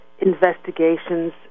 Investigations